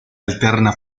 alterna